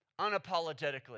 unapologetically